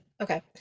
Okay